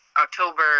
october